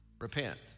Repent